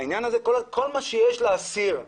כל מה שיש לאסיר,